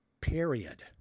Period